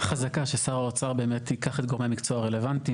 חזקה ששר האוצר באמת ייקח גורם מקצוע רלוונטי,